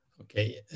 Okay